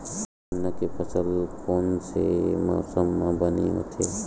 गन्ना के फसल कोन से मौसम म बने होथे?